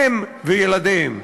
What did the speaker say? הם וילדיהם.